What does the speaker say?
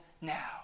now